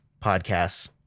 podcasts